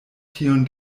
tion